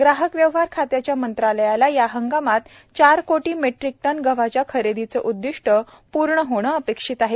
ग्राहक व्यवहार खात्याच्या मंत्रालयाला या हंगामात चार कोटी मेट्रिक टन गव्हाच्या खरेदीचं उद्दिष्ट प्रर्ण होणं अपेक्षित आहे